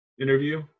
interview